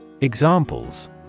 Examples